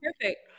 perfect